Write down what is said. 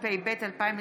התשפ"ב 2022,